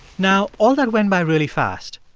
now, all that went by really fast.